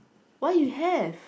why you have